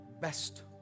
best